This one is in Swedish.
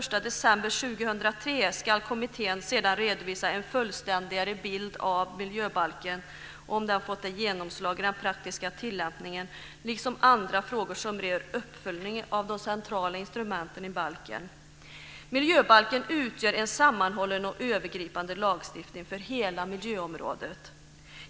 ska kommittén sedan redovisa en fullständigare bild av miljöbalken, om den fått genomslag i den praktiska tillämpningen, liksom andra frågor som rör uppföljningen av de centrala instrumenten i balken. Miljöbalken utgör en sammanhållen och övergripande lagstiftning för hela miljöområdet.